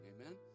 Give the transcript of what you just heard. amen